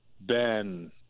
Ben